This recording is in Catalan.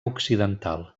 occidental